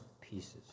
pieces